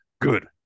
good